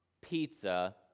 pizza